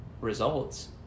results